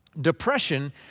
Depression